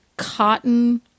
cotton